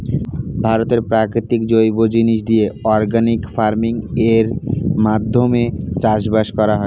ভারতে প্রাকৃতিক জৈব জিনিস দিয়ে অর্গানিক ফার্মিং এর মাধ্যমে চাষবাস করা হয়